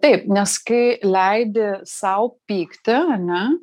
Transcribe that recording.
taip nes kai leidi sau pykti ane